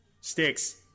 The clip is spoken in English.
Sticks